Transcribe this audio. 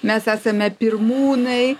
mes esame pirmūnai